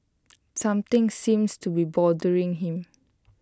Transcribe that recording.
something seems to be bothering him